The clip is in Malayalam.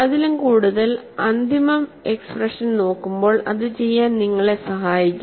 അതിലും കൂടുതൽ അന്തിമ എക്സ്പ്രഷൻ നോക്കുമ്പോൾ അത് ചെയ്യാൻ നിങ്ങളെ സഹായിക്കും